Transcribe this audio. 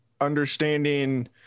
understanding